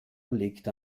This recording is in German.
liegt